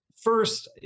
first